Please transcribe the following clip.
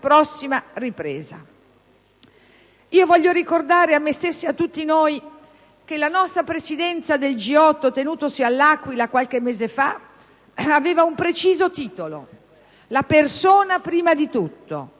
Io voglio ricordare, a me stessa e a tutti noi, che la nostra presidenza del G8 tenutosi all'Aquila qualche mese fa, aveva un preciso titolo: «La persona prima di tutto»;